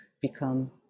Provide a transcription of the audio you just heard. become